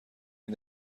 این